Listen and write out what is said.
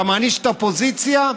אתה מעניש את האופוזיציה?